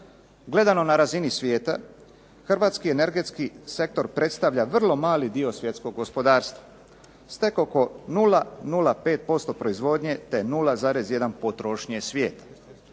Gledano na razini svijeta hrvatski energetski sektor predstavlja vrlo mali dio svjetskog gospodarstva s tek oko 0,5% proizvodnje te 0,1 potrošnje svijet.